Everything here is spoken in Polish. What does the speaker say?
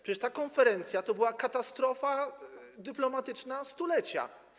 Przecież ta konferencja to była katastrofa dyplomatyczna stulecia.